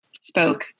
spoke